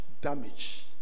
damage